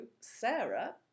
Sarah